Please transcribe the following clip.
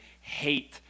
hate